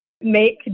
make